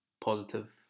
positive